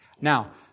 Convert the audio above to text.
Now